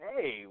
Hey